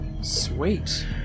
Sweet